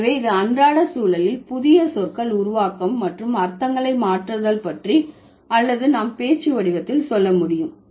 எனவே இது அன்றாட சூழலில் புதிய சொற்கள் உருவாக்கம் மற்றும் அர்த்தங்களை மாற்றுதல் பற்றி அல்லது நாம் பேச்சு வடிவத்தில் சொல்ல முடியும்